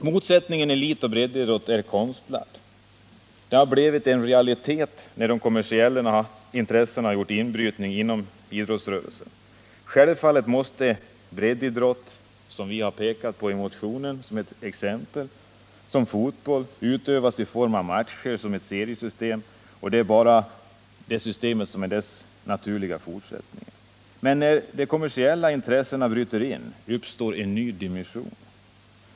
Motsättningen mellan elitoch breddidrott är konstlad men har blivit en realitet genom kommersialismens inbrytning inom idrottsrörelsen. Självfallet måste, som vi pekar på i motionen 2129, en breddidrott som fotboll utövas i form av matcher, och ett seriesystem är sedan bara en naturlig fortsättning. Men när de kommersiella intressena bryter in uppstår en ny dimension.